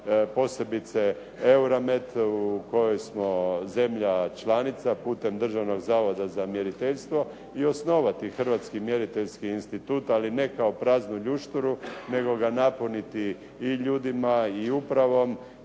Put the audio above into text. posebice EUROMET u kojoj smo zemlja članica putem Državnog zavoda za mjeriteljstvo i osnovati hrvatski mjeriteljski institut ali ne kao praznu ljušturu nego ga napuniti i ljudima i upravom